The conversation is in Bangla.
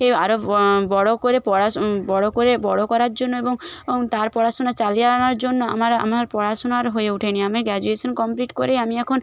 এ আরও ব বড়ো করে পড়াশো বড়ো করে বড়ো করার জন্য এবং অং তার পড়াশোনা চালিয়ে আনার জন্য আমার আর আমার পড়াশোনা আর হয়ে ওঠে নি আমি গ্রাজুয়েশন কমপ্লিট করে আমি এখন